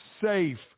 safe